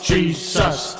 Jesus